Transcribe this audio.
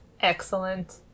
Excellent